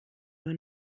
nur